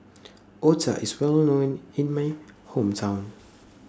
Otah IS Well known in My Hometown